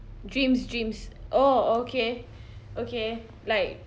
dreams dreams oh okay okay like